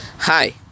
Hi